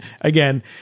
again